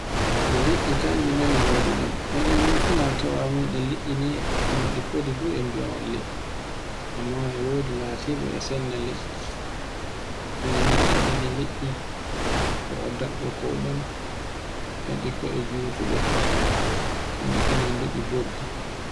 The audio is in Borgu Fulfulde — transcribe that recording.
Liɗɗi kanji noye goduɗen. Enen ni fina tawe meɗen liɗɗi ni, noɗi foti fu e balli, amma e wodi latiɗe e sella liɗɗi. Minen ni min andi liɗɗi ko dabbol ɗon, e ɗi ko'e jutuɗe e liɗɗi nanduɗi boddi